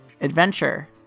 Adventure